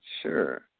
sure